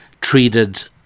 treated